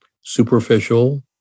superficial